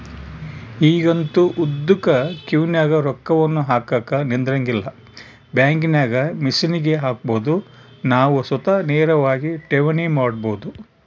ಈಗಂತೂ ಉದ್ದುಕ ಕ್ಯೂನಗ ರೊಕ್ಕವನ್ನು ಹಾಕಕ ನಿಂದ್ರಂಗಿಲ್ಲ, ಬ್ಯಾಂಕಿನಾಗ ಮಿಷನ್ಗೆ ಹಾಕಬೊದು ನಾವು ಸ್ವತಃ ನೇರವಾಗಿ ಠೇವಣಿ ಮಾಡಬೊದು